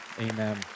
amen